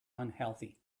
unhealthy